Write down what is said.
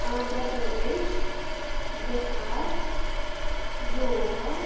Andhra Pradesh Bihar Goa